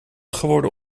geworden